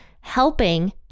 helping